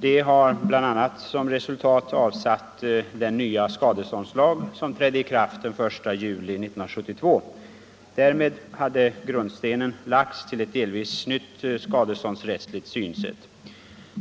Det har bl.a. som resultat avsatt den nya skadeståndslag som trädde i kraft den 1 juli 1972. Därmed hade grundstenen lagts till ett delvis nytt skadeståndsrättsligt synsätt.